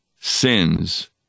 sins